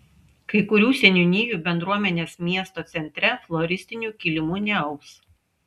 kai kurių seniūnijų bendruomenės miesto centre floristinių kilimų neaus